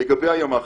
לגבי הימ"חים: